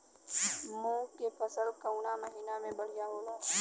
मुँग के फसल कउना महिना में बढ़ियां होला?